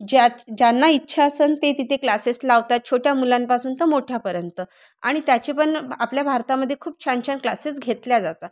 ज्यात ज्यांना इच्छा असन ते तिथे क्लासेस लावतात छोट्या मुलांपासून ते मोठ्यापर्यंत आणि त्याचे पण आपल्या भारतामध्ये खूप छान छान क्लासेस घेतले जातात